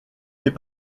fait